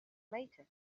later